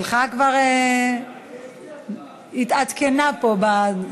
שלך כבר התעדכנה פה.